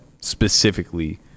specifically